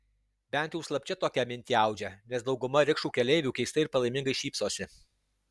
bent jau slapčia tokią mintį audžia nes dauguma rikšų keleivių keistai ir palaimingai šypsosi